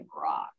rock